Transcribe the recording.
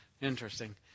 Interesting